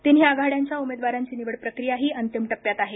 तिन्ही आघाड्यांच्या उमेदवारांची निवड प्रक्रियाही अंतिम टप्प्यात आहे